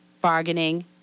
bargaining